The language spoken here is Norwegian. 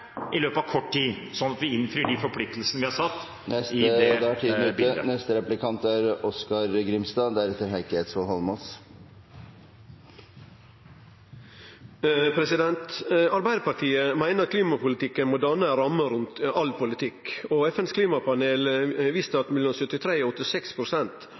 i løpet av kort tid, slik at vi innfrir de forpliktelsene vi har ... Arbeidarpartiet meiner klimapolitikken må danne ei ramme rundt all politikk. FN sitt klimapanel har vist at